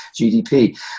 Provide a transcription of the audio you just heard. GDP